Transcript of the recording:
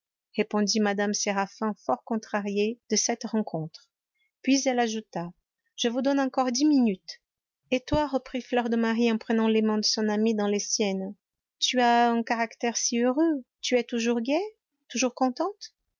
répondit mme séraphin fort contrariée de cette rencontre puis elle ajouta je vous donne encore dix minutes et toi reprit fleur de marie en prenant les mains de son amie dans les siennes tu as un caractère si heureux tu es toujours gaie toujours contente